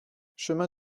chemin